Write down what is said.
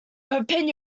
open